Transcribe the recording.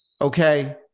okay